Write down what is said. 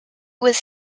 was